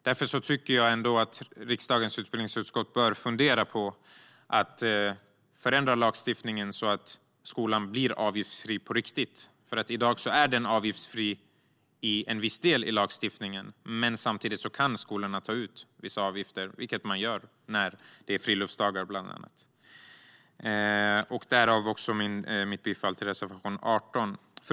Därför tycker jag ändå att riksdagens utbildningsutskott bör fundera på att förändra lagstiftningen så att skolan blir avgiftsfri på riktigt. I dag är den enligt lagstiftningen avgiftsfri till viss del, men samtidigt kan skolorna ta ut vissa avgifter, vilket man gör, bland annat i samband med friluftsdagar. Av denna anledning yrkar jag bifall till reservation 18.